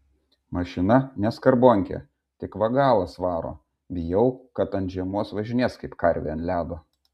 mašina ne skarbonkė tik va galas varo bijau kad ant žiemos važinės kaip karvė ant ledo